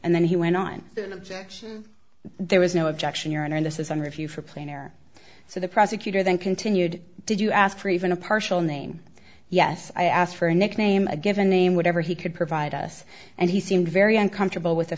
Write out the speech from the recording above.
and then he went on the objection there was no objection your honor this is under a few for plain air so the prosecutor then continued did you ask for even a partial name yes i asked for a nickname a given name whatever he could provide us and he seemed very uncomfortable with the